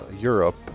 Europe